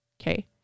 Okay